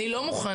אני לא מוכנה,